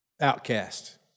outcast